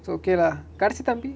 so okay lah கடைசி தம்பி:kadaisi thambi